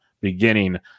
beginning